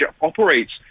operates